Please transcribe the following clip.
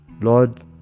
Lord